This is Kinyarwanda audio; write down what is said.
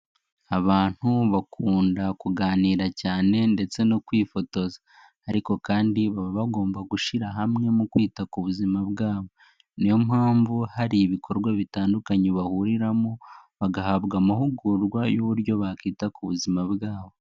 Abantu bakunda kuganira cyane ndetse no kwifotoza, ariko kandi baba bagomba gushyira hamwe mu kwita ku buzima bwabo, niyo mpamvu hari ibikorwa bitandukanye bahuriramo bagahabwa amahugurwa y'uburyo bakita ku buzima bwabo.